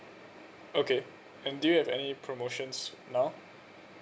okay and do you have any promotions now